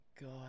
God